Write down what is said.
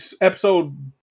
episode